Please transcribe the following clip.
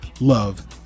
love